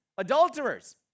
Adulterers